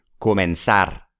comenzar